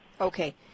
Okay